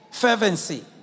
fervency